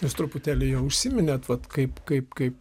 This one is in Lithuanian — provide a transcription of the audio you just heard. jūs truputėlį jau užsiminėt vat kaip kaip kaip